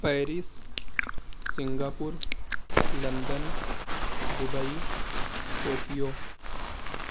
Paris Singapore London Dubai Tokyo